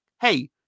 hey